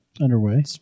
underway